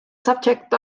subject